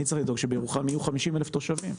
אני צריך לדאוג שבירוחם יהיו 50,000 תושבים.